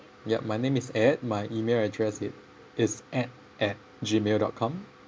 yup my name is ed my email address it is ed at gmail dot com